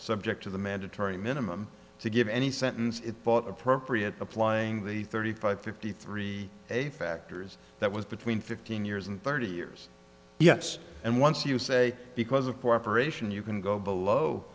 subject to the mandatory minimum to give any sentence it thought appropriate applying the thirty five fifty three a factors that was between fifteen years and thirty years yes and once you say because of cooperation you can go below